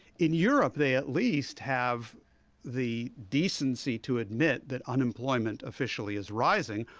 in europe, they at least have the decency to admit that unemployment officially is rising,